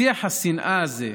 שיח השנאה הזה,